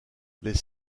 les